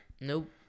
Nope